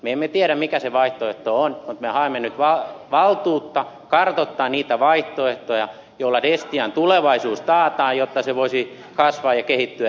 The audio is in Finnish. me emme tiedä mikä se vaihtoehto on mutta me haemme nyt valtuutta kartoittaa niitä vaihtoehtoja joilla destian tulevaisuus taataan jotta se voisi kasvaa ja kehittyä ja työllistyä